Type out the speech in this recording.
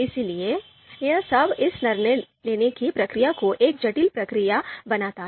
इसलिए यह सब इस निर्णय लेने की प्रक्रिया को एक जटिल प्रक्रिया बनाता है